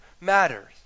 matters